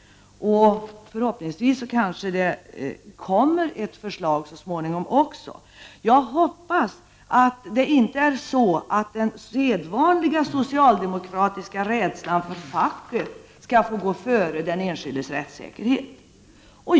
Förhoppningsvis kommer det så småningom också ett förslag. Jag hoppas att det inte är så att den sedvanliga socialdemokratiska rädslan för facket får gå före den enskildes rättssäkerhet.